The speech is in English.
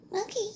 Okay